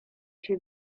się